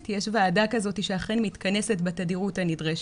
יש ועדה כזאת שאכן מתכנסת בתדירות הנדרשת.